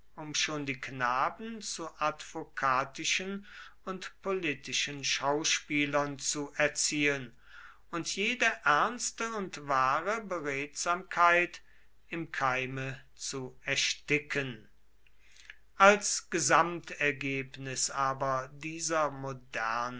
schon die knaben zu advokatischen und politischen schauspielern zu erziehen und jede ernste und wahre beredsamkeit im keime zu ersticken als gesamtergebnis aber dieser modernen